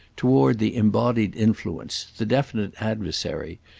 toward the embodied influence, the definite adversary,